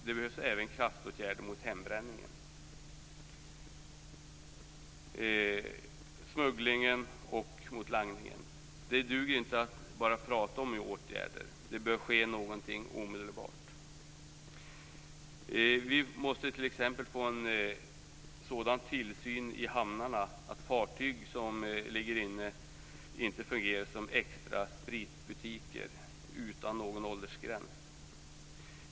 Det behövs kraftåtgärder mot hembränningen, smugglingen och langningen. Det duger inte att bara prata om åtgärder. Det bör ske någonting omedelbart. Vi måste t.ex. få en sådan tillsyn i hamnarna att fartyg som ligger inne inte fungerar som extra spritbutiker utan åldersgräns.